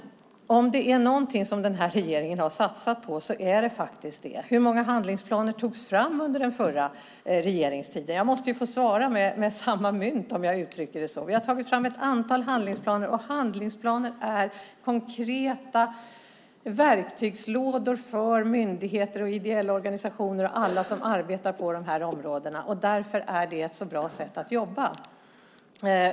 Om det är någonting som den här regeringen har satsat på så är det faktiskt det. Hur många handlingsplaner togs fram under den förra regeringstiden? Jag måste ju få svara med samma mynt. Vi har tagit fram ett antal handlingsplaner, och handlingsplaner är konkreta verktygslådor för myndigheter, ideella organisationer och alla som arbetar på de här områdena. Därför är det ett bra sätt att jobba.